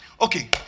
okay